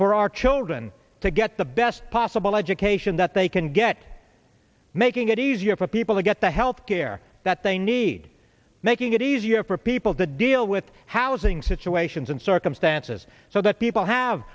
for our children to get the best possible education that they can get making it easier for people to get the health care that they need making it easier for people to deal with housing situations and circumstances so that people have